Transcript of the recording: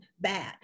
bad